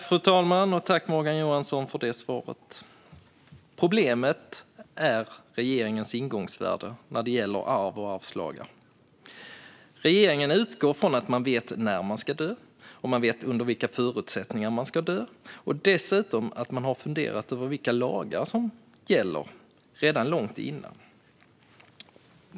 Fru talman! Problemet är regeringens ingångsvärde när det gäller arv och arvslagar. Regeringen utgår från att människor vet när de ska dö, att de vet under vilka förutsättningar de ska dö och att de dessutom har funderat över vilka lagar som gäller redan långt tidigare.